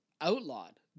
outlawed